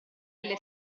alle